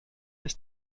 ist